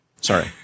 sorry